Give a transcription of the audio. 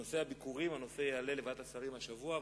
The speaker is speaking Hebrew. הנושא של הביקורים יעלה לוועדת שרים השבוע,